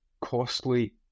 costly